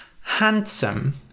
Handsome